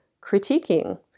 critiquing